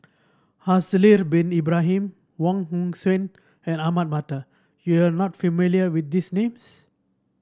Haslir Bin Ibrahim Wong Hong Suen and Ahmad Mattar you are not familiar with these names